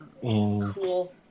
Cool